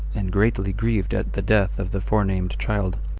and greatly grieved at the death of the forenamed child.